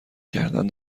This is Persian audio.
کردن